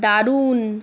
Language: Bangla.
দারুন